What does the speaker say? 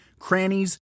crannies